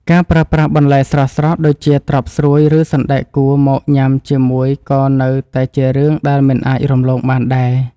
ការប្រើប្រាស់បន្លែស្រស់ៗដូចជាត្រប់ស្រួយឬសណ្តែកគួរមកញ៉ាំជាមួយក៏នៅតែជារឿងដែលមិនអាចរំលងបានដែរ។